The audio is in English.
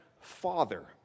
father